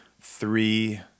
three